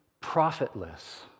profitless